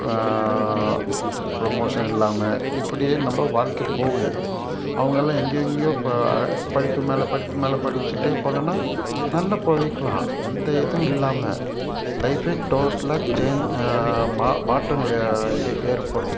promotion இல்லாமல் இப்படியே நம்ம வாழ்க்கை போகுது அவங்கள்லாம் எங்கே எங்கயோ ப படிப்பு மேலே படிப்பு மேலே படிச்சிட்டே போனோம்னா நல்ல போகிக்கலாம் எந்த இதுவும் இல்லாமல் லைஃப்பே டோட்டலாக சேஞ்ச் மா மாற்றங்கள் ஏ ஏற்படும்